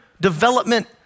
development